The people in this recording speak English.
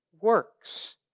works